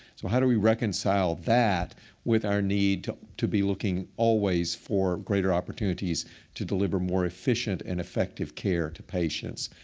so how do we reconcile that with our need to to be looking always for greater opportunities to deliver more efficient and effective care to patients?